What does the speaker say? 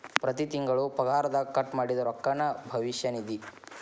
ಪ್ರತಿ ತಿಂಗಳು ಪಗಾರದಗ ಕಟ್ ಮಾಡಿದ್ದ ರೊಕ್ಕಾನ ಭವಿಷ್ಯ ನಿಧಿ